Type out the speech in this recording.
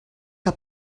que